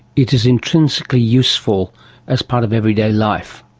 it is intrinsically useful as part of everyday life.